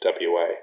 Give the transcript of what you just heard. WA